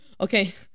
Okay